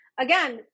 again